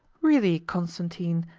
really, constantine,